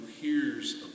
hears